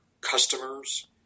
customers